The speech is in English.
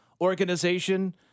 organization